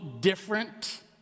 different